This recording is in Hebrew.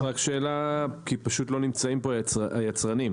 רק שאלה כי פשוט לא נמצאים פה היצרנים,